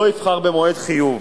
שלא יבחר במועד חיוב,